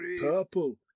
purple